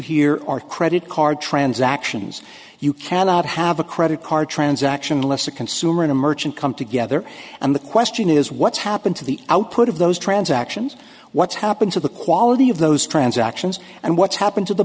here are credit card transactions you cannot have a credit card transaction less a consumer and a merchant come together and the question is what's happened to the output of those transactions what's happened to the quality of those transactions and what's happened to the